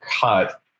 cut